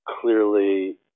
clearly